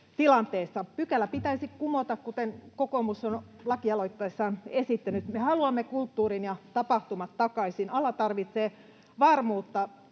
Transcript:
Pykälä pitäisi kumota, kuten kokoomus on lakialoitteessaan esittänyt. Me haluamme kulttuurin ja tapahtumat takaisin. Ala tarvitsee varmuutta.